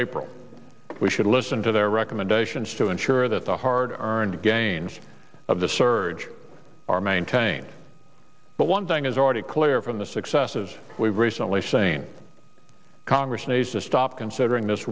april we should listen to their recommendations to ensure that the hard earned gains of the surge are maintained but one thing is already clear from the successes we've recently seen congress needs to stop considering this